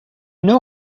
know